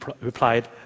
replied